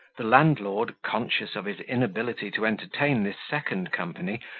the landlord, conscious of his inability to entertain this second company,